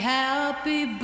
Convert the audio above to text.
happy